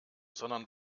sondern